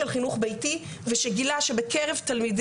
גם השכר שלהם לא עודכן משנות ה- 90 ואין לגביהם כמעט דיוני שכר,